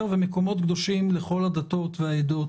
מדובר על מקומות קדושים לכל הדתות והעדות,